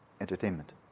entertainment